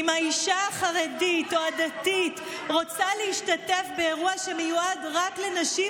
אם האישה החרדית או הדתית רוצה להשתתף באירוע שמיועד רק לנשים,